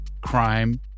crime